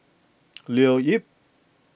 Leo Yip